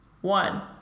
one